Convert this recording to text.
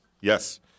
Yes